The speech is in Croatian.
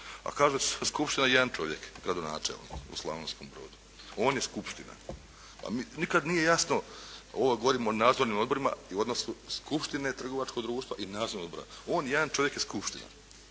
A kaže se skupština, jedan čovjek. Gradonačelnik u Slavonskom brodu. On je skupština. Pa mi nikad nije jasno, ovo govorim o nadzornim odborima i u odnosu skupštine trgovačkog društva i nadzornog odbora. On, jedan čovjek je skupština.